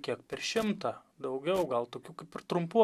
kiek per šimtą daugiau gal tokių kaip ir trumpų